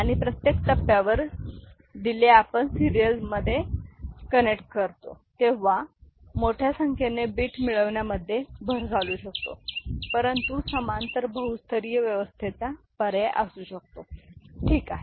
आणि प्रत्येक टप्प्यावर दिले आपण सीरियलमध्ये कनेक्ट करता तेव्हा मोठ्या संख्येने बिट मिळविण्यामध्ये भर घालू शकतो परंतु समांतर बहुस्तरीय व्यवस्थेचा पर्याय असू शकतो ठीक आहे